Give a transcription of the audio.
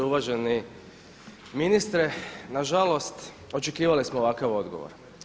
Uvaženi ministre, nažalost očekivali smo ovakav odgovor.